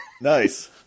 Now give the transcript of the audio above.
Nice